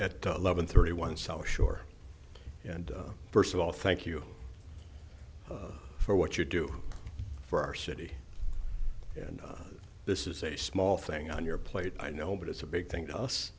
at eleven thirty one summer shore and first of all thank you for what you do for our city and this is a small thing on your plate i know but it's a big thing to us